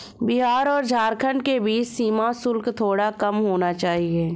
बिहार और झारखंड के बीच सीमा शुल्क थोड़ा कम होना चाहिए